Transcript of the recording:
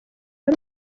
ari